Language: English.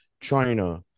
China